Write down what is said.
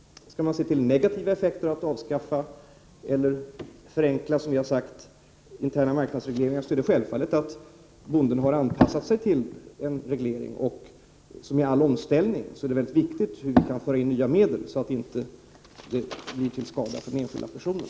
Skall man se till de negativa effekterna av att avskaffa eller förenkla, som vi har sagt, interna marknadsregleringar, är det självfallet att bonden har anpassat sig till en reglering, och här som vid all omställning, är det viktigt hur vi kan föra in nya medel, så att det inte blir till skada för den enskilda personen.